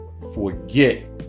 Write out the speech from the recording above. forget